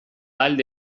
alde